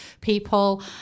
people